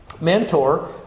mentor